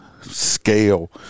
scale